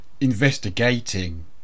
investigating